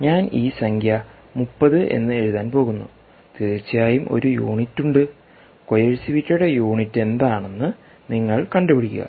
ഞാൻ ആ സംഖ്യ 30 എന്ന് എഴുതാൻ പോകുന്നു തീർച്ചയായും ഒരു യൂണിറ്റ് ഉണ്ട് കോയേഴ്സിവിറ്റിയുടെ യൂണിറ്റ് എന്താണെന്ന് നിങ്ങൾ കണ്ടുപിടിക്കുക